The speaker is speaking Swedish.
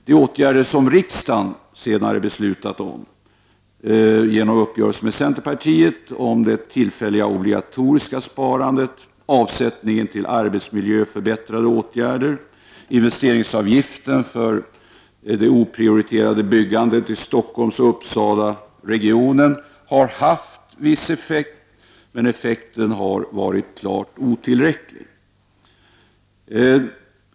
Riksdagen beslutade senare genom uppgörelse mellan socialdemokraterna och centerpartiet om ett tillfälligt obligatoriskt sparandet om avsättning till arbetsmiljöförbättrande åtgärder, om investeringsavgift för det oprioriterade byggandet i Stockholms och Uppsalas regioner. Detta har haft en viss effekt, men effekten har varit klart otillräcklig.